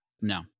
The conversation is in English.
no